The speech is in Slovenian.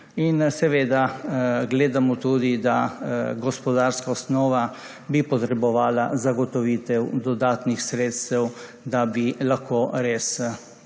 seveda gledamo tudi, da bi gospodarska osnova potrebovala zagotovitev dodatnih sredstev, da bi lahko res prišli